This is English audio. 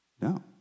No